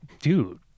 dude